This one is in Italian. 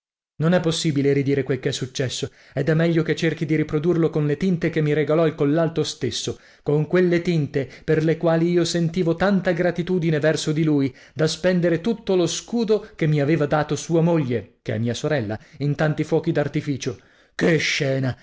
non è possibile ridire quel che è successo ed è meglio che cerchi di riprodurlo con le tinte che mi regalò il collalto stesso con quelle tinte per le quali io sentivo tanta gratitudine verso di lui da spendere tutto lo scudo che mi aveva dato sua moglie che è mia sorella in tanti fuochi